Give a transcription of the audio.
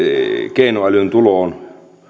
keinoälyn tuloon